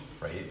right